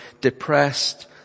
depressed